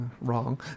Wrong